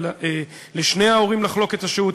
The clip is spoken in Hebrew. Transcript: אדוני היושב-ראש.